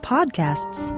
Podcasts